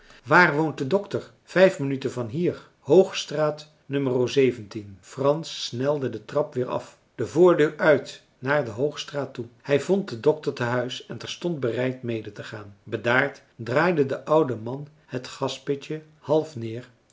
waar woont de dokter vijf minuten van hier oog rans snelde de trap weer af de voordeur uit naar de hoogstraat toe hij vond den dokter te huis en terstond bereid medetegaan bedaard draaide de oude man het gaspitje half neer